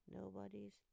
Nobody's